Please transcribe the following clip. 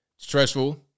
stressful